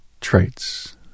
traits